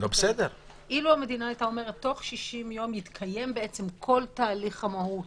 לו המדינה אומרת שבתוך 60 יום יתקיים כל תהליך המהו"ת,